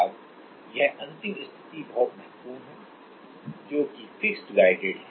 अब यह अंतिम स्थिति बहुत महत्वपूर्ण है जो कि फिक्स्ड गाइडेड है